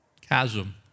chasm